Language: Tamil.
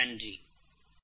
நன்றி